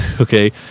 okay